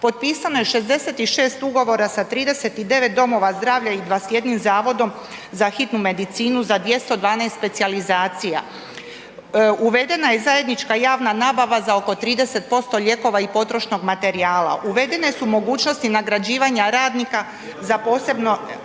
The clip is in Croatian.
potpisano je 66 ugovora sa 39 domova zdravlja i 21 zavodom za hitnu medicinu za 212 specijalizacija, uvedena je zajednička javna nabava za oko 30% lijekova i potrošnog materijala, uvedene su mogućnosti nagrađivanja radnika za posebne